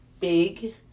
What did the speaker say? big